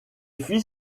fils